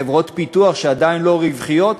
חברות פיתוח שעדיין לא רווחיות,